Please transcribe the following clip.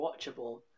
watchable